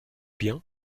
bien